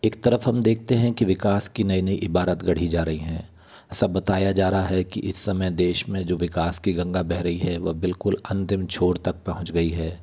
एक तरफ हम देखते है कि विकास की नई नई इबारत गढ़ी जा रही है सब बताया जा रहा है कि इस समय देश मे विकास की जो गंगा वह रही है वह बिलकुल अंतिम छोड़ तक पहुँच गई है